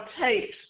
tapes